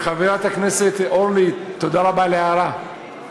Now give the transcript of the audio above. חברת הכנסת אורלי לוי, תודה רבה על ההערה.